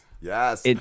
yes